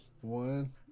One